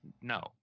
No